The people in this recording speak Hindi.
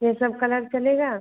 यह सब कलर चलेगा